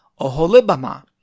Oholibamah